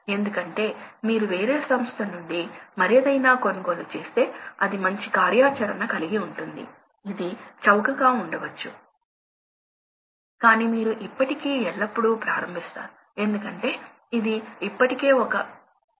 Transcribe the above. కాబట్టి మీరు operating points ను సౌకర్యవంతంగా కనుగొనవచ్చు మరియు వాస్తవానికి మేము ఈ కర్వ్ ను ఎనర్జీ సేవింగ్స్ తెలుసుకోవడానికి తరువాత ఉపయోగిస్తాము